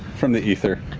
from the ether.